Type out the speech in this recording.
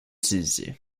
utilisées